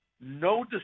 No